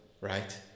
right